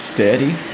Steady